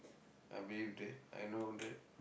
I believe that I know that